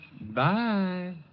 Bye